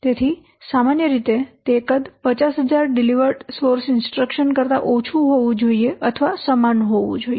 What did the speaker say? તેથી સામાન્ય રીતે તે કદ 50000 ડિલિવર્ડ સોર્સ ઇન્સ્ટ્રક્શન્સ કરતા ઓછું હોવું જોઈએ અથવા સમાન હોવું જોઈએ